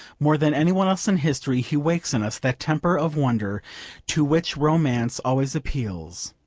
more than any one else in history he wakes in us that temper of wonder to which romance always appeals.